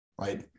right